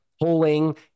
pulling